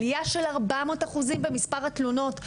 עליה של 400% במספר התלונות.